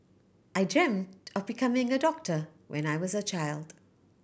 I dreamt of becoming a doctor when I was a child